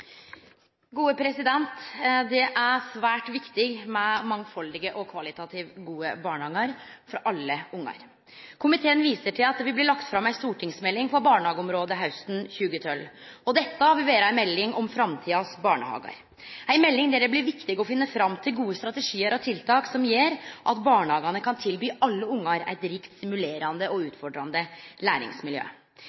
gode barnehagar for alle ungar. Komiteen viser til at det vil bli lagt fram ei stortingsmelding på barnehageområdet hausten 2012. Dette vil vere ei melding om framtidas barnehagar, ei melding der det blir viktig å finne fram til gode strategiar og tiltak som gjer at barnehagane kan tilby alle ungar eit rikt, stimulerande og